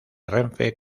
renfe